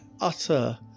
utter